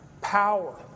power